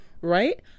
Right